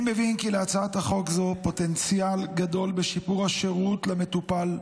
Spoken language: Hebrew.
אני מבין כי להצעת חוק זו פוטנציאל גדול בשיפור השירות למטופל,